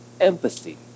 empathy